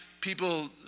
people